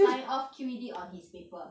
sign off Q_E_D on his paper